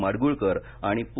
माडगूळकर आणि पू